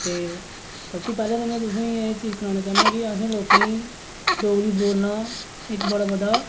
ते सबतूं पैह्लें में तुसेंगी एह् सनाना चाह्न्ना कि असें लोकें गी डोगरी बोलना इक बड़ा बड्डा